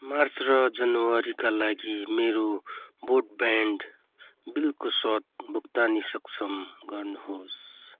March र जनवरीका लागि मेरो ब्रोडब्यान्ड बिलको स्वत भुक्तानी सक्षम गर्नुहोस्